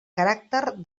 caràcter